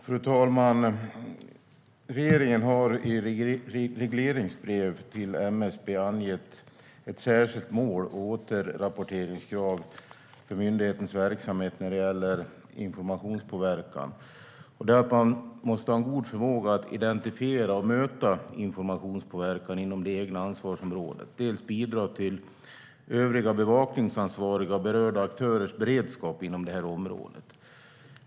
Fru talman! Regeringen har i regleringsbrev till MSB angett ett särskilt mål och återrapporteringskrav för myndighetens verksamhet när det gäller informationspåverkan. Man måste ha en god förmåga att identifiera och möta informationspåverkan inom det egna ansvarsområdet. Dessutom ska man bidra till övriga bevakningsansvarigas och berörda aktörers beredskap inom det här området.